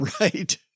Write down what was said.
Right